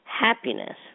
Happiness